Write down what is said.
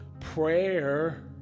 Prayer